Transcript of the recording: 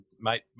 mate